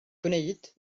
gwneud